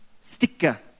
sticker